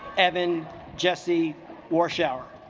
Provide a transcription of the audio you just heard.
evan jessie warschauer